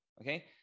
Okay